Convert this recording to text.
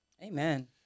Amen